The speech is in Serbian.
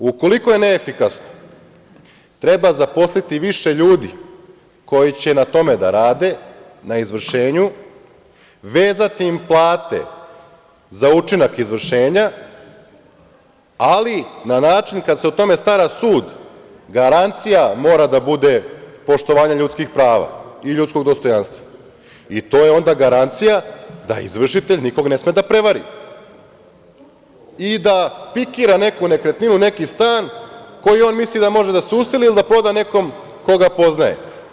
Ukoliko je neefikasno treba zaposliti više ljudi koji će na tome da rade, na izvršenju, vezati im plate za učinak izvršenja, ali na način kad se o tome stara sud garancija mora da bude poštovanje ljudskih prava i ljudskog dostojanstva o to je onda garancija da izvršitelj nikog ne sme da prevari da pikira neku nekretninu, neki stan, u koji on misli da može da se useli ili da proda nekom koga poznaje.